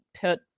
put